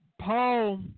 Paul